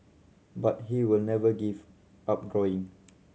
but he will never give up drawing